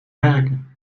werken